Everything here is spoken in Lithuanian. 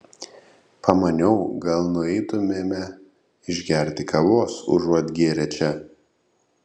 pamaniau gal nueitumėme išgerti kavos užuot gėrę čia